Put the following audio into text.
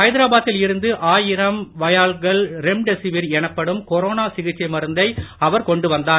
ஐதராபாத்தில் இருந்து ஆயிரம் வயால்கள் ரெம்டெசிவீர் எனப்படும் கொரோனா சிகிச்சை மருந்தை கொண்டு அவர் கொண்டு வந்தார்